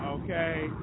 Okay